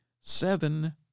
seven